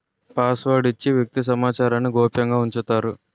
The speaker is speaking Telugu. పాస్వర్డ్ ఇచ్చి వ్యక్తి సమాచారాన్ని గోప్యంగా ఉంచుతారు